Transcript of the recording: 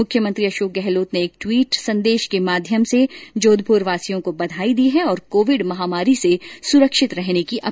मुख्यमंत्री अशोक गहलोत ने एक द्वीट के माध्यम से जोधपुरवासियों को बधाई दी है और कोविड महामारी से सुरक्षित रहने की अपील की है